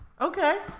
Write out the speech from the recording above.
Okay